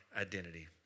identity